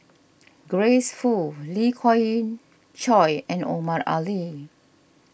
Grace Fu Lee Khoon Choy and Omar Ali